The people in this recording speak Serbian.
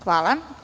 Hvala.